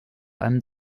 allem